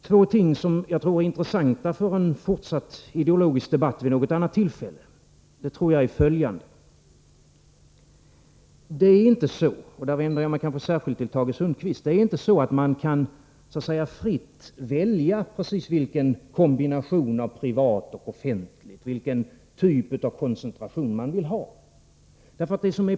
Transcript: Två ting, som jag tror är intressanta för en fortsatt ideologisk debatt vid något annat tillfälle, är följande. Jag vänder mig kanske särskilt till Tage Sundkvist med att säga att det inte är så att man fritt kan välja precis vilken kombination man vill av privat och offentligt. Man kan inte välja vilken typ av koncentration man vill ha.